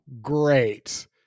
great